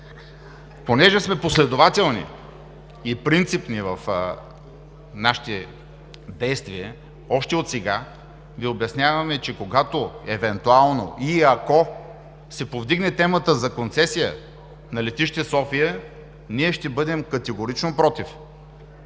Понеже сме последователни и принципни в нашите действия, още отсега Ви обясняваме, че когато евентуално и ако се повдигне темата за концесия на Летище София, ние ще бъдем категорично против.